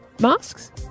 masks